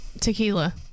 tequila